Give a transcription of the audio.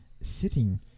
sitting